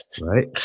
Right